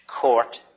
court